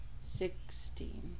Sixteen